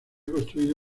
construido